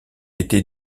été